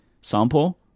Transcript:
sample